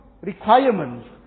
requirements